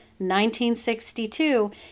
1962